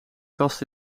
kast